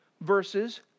versus